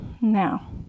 Now